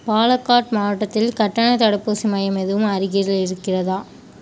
பாலாகாட் மாவட்டத்தில் கட்டணத் தடுப்பூசி மையம் எதுவும் அருகில் இருக்கிறதா